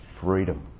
freedom